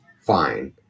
fine